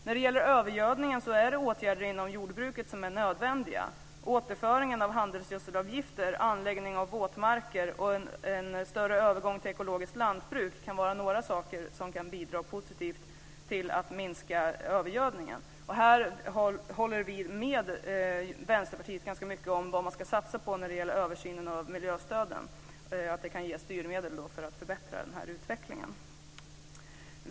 När det gäller övergödningen är det åtgärder inom jordbruket som är nödvändiga. Återföringen av handelsgödselavgifter, anläggning av våtmarker och en större övergång till ekologiskt lantbruk kan vara några saker som kan bidra positivt till att minska övergödningen. Här håller vi ganska mycket med Vänsterpartiet om vad man ska satsa på när det gäller översynen av miljöstöden och att det kan ge styrmedel för att förbättra utvecklingen.